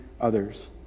others